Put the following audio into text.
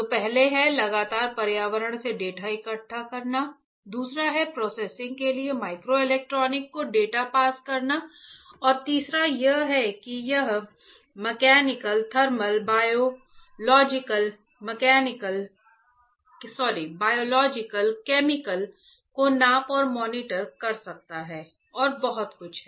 तो पहला है लगातार पर्यावरण से डेटा इकट्ठा करना दूसरा है प्रोसेसिंग के लिए माइक्रोइलेक्ट्रॉनिक को डेटा पास करना और तीसरा यह है कि यह मैकेनिकल थर्मल बायोलॉजिकल केमिकल को नाप और मॉनिटर कर सकता है और बहुत कुछ है